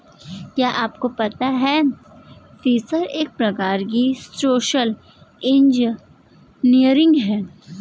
क्या आपको पता है फ़िशिंग एक प्रकार की सोशल इंजीनियरिंग है?